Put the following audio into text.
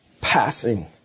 passing